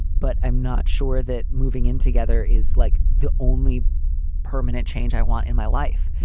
but i'm not sure that moving in together is like the only permanent change i want in my life.